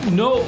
no